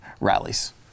rallies